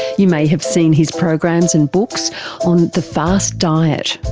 you may have seen his programs and books on the fast diet,